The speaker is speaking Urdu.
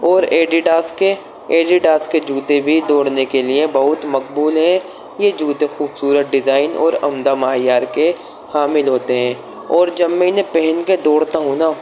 اور ایڈیڈاز کے ایڈیڈاز کے جوتے بھی دوڑنے کے لیے بہت مقبول ہیں یہ جوتے خوبصورت ڈیزائن اور عمدہ معیار کے حامل ہوتے ہیں اور جب میں انہیں پہن کے دوڑتا ہوں نا